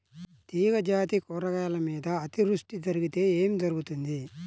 తీగజాతి కూరగాయల మీద అతివృష్టి జరిగితే ఏమి జరుగుతుంది?